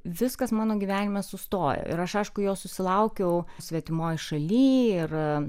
viskas mano gyvenimas sustojo ir aš aišku jo susilaukiau svetimoj šaly ir